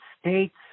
states